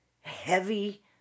heavy